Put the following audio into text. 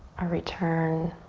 a return